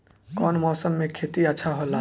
कौन मौसम मे खेती अच्छा होला?